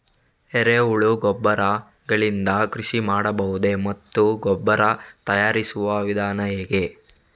ಎರೆಹುಳು ಗೊಬ್ಬರ ಗಳಿಂದ ಕೃಷಿ ಮಾಡಬಹುದೇ ಮತ್ತು ಗೊಬ್ಬರ ತಯಾರಿಸುವ ವಿಧಾನ ಹೇಗೆ?